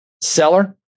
seller